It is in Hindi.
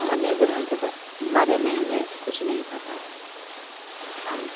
अन्य ग्रह के ब बारे में हमें कुछ नहीं पता है और हम